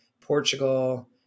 Portugal